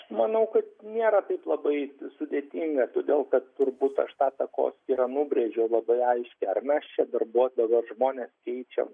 manau kad nėra taip labai sudėtinga todėl kad turbūt aš tą takoskyrą nubrėžiau labai aiškiai ar mes čia darbuos dabar žmones keičiam